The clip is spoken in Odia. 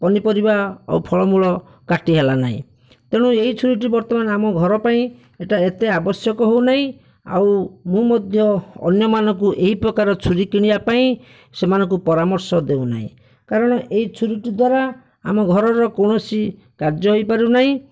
ପନିପରିବା ଆଉ ଫଳମୂଳ କାଟି ହେଲା ନାହିଁ ତେଣୁ ଏହି ଛୁରୀଟି ବର୍ତ୍ତମାନ ଆମ ଘର ପାଇଁ ଏହିଟା ଏତେ ଆବଶ୍ୟକ ହେଉନାହିଁ ଆଉ ମୁଁ ମଧ୍ୟ ଅନ୍ୟମାନଙ୍କୁ ଏହି ପ୍ରକାର ଛୁରୀ କିଣିବା ପାଇଁ ସେମାନଙ୍କୁ ପରାମର୍ଶ ଦେଉନାହିଁ କାରଣ ଏହି ଛୁରୀଟି ଦ୍ୱାରା ଆମ ଘରର କୋଣସି କାର୍ଯ୍ୟ ହୋଇପାରୁନାହିଁ